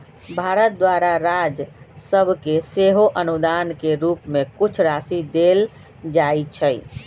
भारत द्वारा राज सभके सेहो अनुदान के रूप में कुछ राशि देल जाइ छइ